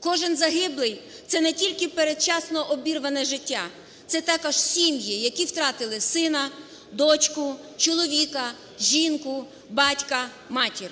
Кожен загиблий – це не тільки передчасно обірване життя, це також сім'ї, які втратили сина, дочку, чоловіка, жінку, батька, матір.